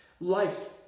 life